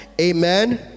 Amen